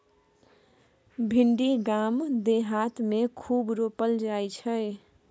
भिंडी गाम देहात मे खूब रोपल जाई छै